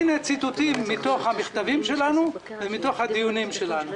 הנה ציטוטים מתוך המכתבים שלנו ומתוך הדיונים שלנו.